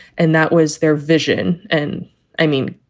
and that was their vision. and i mean,